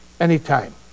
anytime